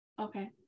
Okay